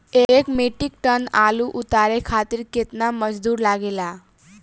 एक metric tonne आलू उतारे खातिर केतना मजदूरी लागेला?